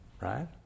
Right